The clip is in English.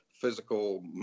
Physical